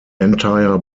entire